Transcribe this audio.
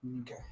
okay